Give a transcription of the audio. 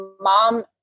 mom